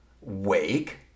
Wake